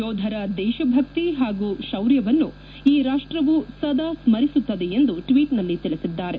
ಯೋಧರ ದೇಶ ಭಕ್ತಿ ಮತ್ತು ಶೌರ್ಯವನ್ನು ಈ ರಾಷ್ಟವು ಸದಾ ಸ್ಮರಿಸುತ್ತದೆ ಎಂದು ಟ್ವೀಟ್ನಲ್ಲಿ ತಿಳಿಸಿದ್ದಾರೆ